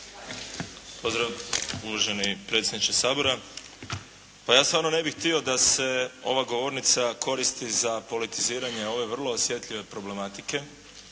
(SDP)** Uvaženi predsjedniče Sabora. Pa ja stvarno ne bih htio da se ova govornica koristi za politiziranje ove vrlo osjetljive problematike.